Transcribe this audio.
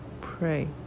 pray